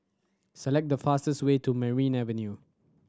select the fastest way to Merryn Avenue